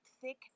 thick